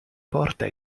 porta